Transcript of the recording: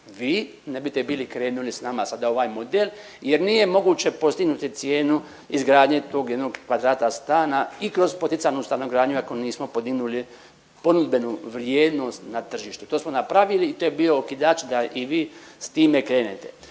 vi ne bite bili krenuli s nama sada u ovaj model jer nije moguće postignuti cijenu izgradnje tog jednog kvadrata stana i kroz poticajnu stanogradnju, ako nismo podignuli ponudbenu vrijednost na tržištu. To smo napravili i to je bio okidač da i vi s time krenete.